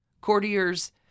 Courtiers